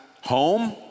home